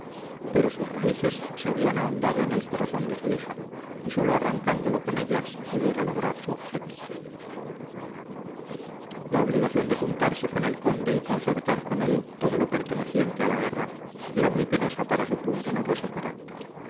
pero sus raíces se habían ahondado en el corazón de su hija y sólo arrancándolo con ellas pudiera lograr su objeto la obligación de juntarse con el conde y concertar con él todo lo perteneciente a la guerra era muy penosa para su pundonoroso carácter